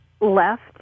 left